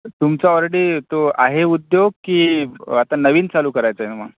तुमचा ऑलरेडी तो आहे उद्योग की आता नवीन चालू करायचा आहे मग